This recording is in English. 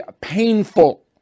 painful